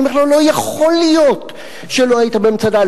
אני אומר לו: לא יכול להיות שלא היית במצדה.